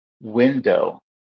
window